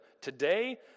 Today